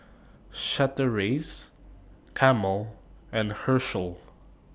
Chateraise Camel and Herschel